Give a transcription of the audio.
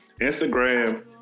Instagram